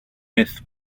myth